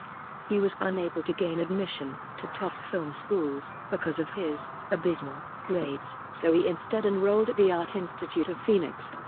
he was unable to gain admission to top film schools, because of his abysmal grades, so he instead enrolled at the art institute of phoenix,